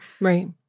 Right